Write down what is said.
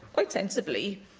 quite sensibly,